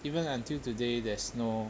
even until today there's no